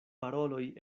paroloj